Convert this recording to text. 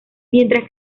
mientras